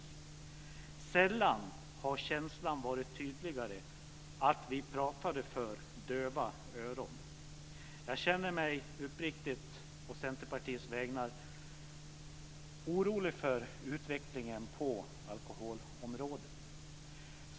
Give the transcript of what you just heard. Sällan har känslan varit tydligare att vi pratade för döva öron. Jag känner mig å Centerpartiets vägnar uppriktigt orolig för utvecklingen på alkoholområdet.